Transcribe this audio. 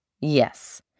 Yes